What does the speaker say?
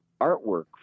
artwork